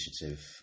initiative